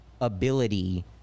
ability